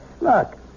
Look